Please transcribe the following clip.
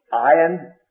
iron